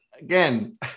again